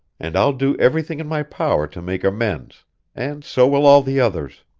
and i'll do everything in my power to make amends and so will all the others!